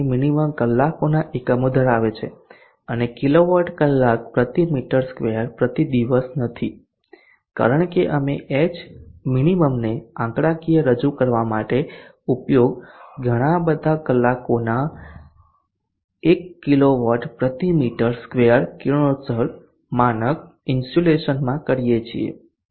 min કલાકોના એકમો ધરાવે છે અને કિલોવોટ કલાક પ્રતિ મીટર સ્ક્વેર પ્રતિ દિવસ નથી કારણ કે અમે H minimum ને આંકડાકીય રજૂ કરવા માટે ઉપયોગ ઘણા બધા કલાકોના એક કિલો વોટ પ્રતિ મીટર સ્ક્વેર કિરણોત્સર્ગ માનક ઇન્સ્યુલેશન માં કરીએ છીએ